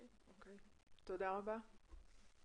תודה רבה.